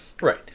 Right